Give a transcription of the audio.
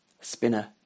Spinner